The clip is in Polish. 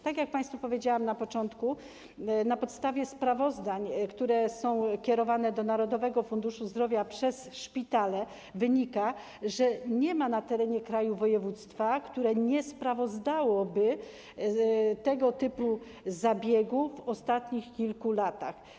Tak jak państwu powiedziałam na początku, ze sprawozdań, które są kierowane do Narodowego Funduszu Zdrowia przez szpitale, wynika, że nie ma na terenie kraju województwa, które nie sprawozdałoby tego typu zabiegów w ostatnich kilku latach.